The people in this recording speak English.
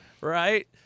Right